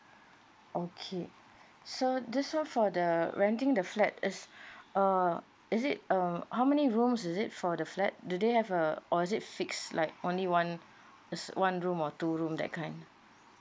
okay so this one for the renting the flat is err is it uh how many rooms is it for the flat do they have a or is it fixed like only one it's one room or two room that kind